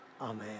Amen